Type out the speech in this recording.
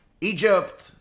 Egypt